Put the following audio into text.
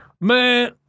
man